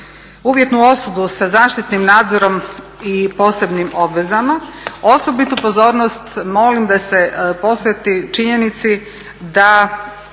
uvjetnu osudu sa zaštitnim nadzorom i posebnim obvezama osobitu pozornost molim da se posveti činjenici da